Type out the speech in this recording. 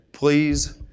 Please